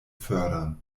fördern